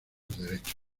derechos